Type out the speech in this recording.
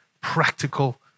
practical